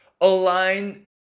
align